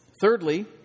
Thirdly